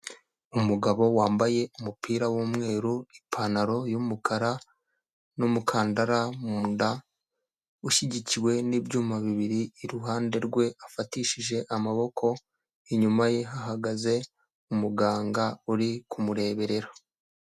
Umugabo wambaye umupira w'umweru, ipantaro y'umukara n'umukandara mu nda ushyigikiwe n'ibyuma bibiri, iruhande rwe afatishije amaboko, inyuma ye ahagaze umuganga uri kumureberara.